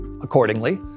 accordingly